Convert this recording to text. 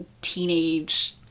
teenage